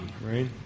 Right